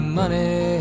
money